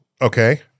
okay